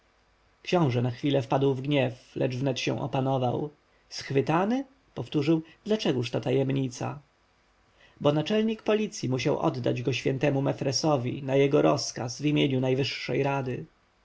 książę na chwilę wpadł w gniew lecz wnet się opanował schwytany powtórzył dlaczegoż ta tajemnica bo naczelnik policji musiał oddać go świętemu mefresowi na jego rozkaz w imieniu najwyższej rady